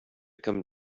come